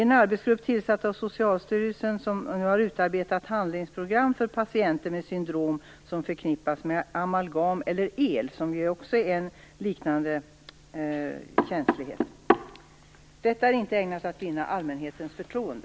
En arbetsgrupp tillsatt av Socialstyrelsen som har utarbetat ett handlingsprogram för patienter med syndrom som förknippas med amalgam eller el, som ju också är en liknande överkänslighet. Detta är inte ägnat att vinna allmänhetens förtroende.